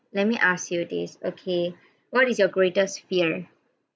let me ask you this okay what is your greatest fear